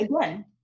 again